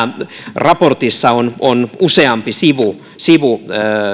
raportissa on on useampi sivu sivu